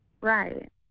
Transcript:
Right